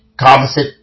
composite